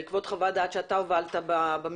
בעקבות חוות דעת שאתה הובלת במשרד,